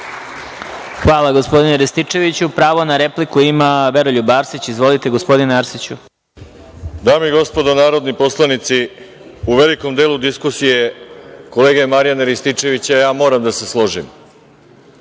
Hvala gospodine Rističeviću. Pravo na repliku ima Veroljub Arsić. Izvolite gospodine Arsiću. **Veroljub Arsić** Dame i gospodo narodni poslanici, u velikom delu diskusije kolege Marijana Rističevića ja moram da se složim,